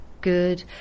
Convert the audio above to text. good